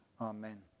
Amen